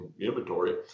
inventory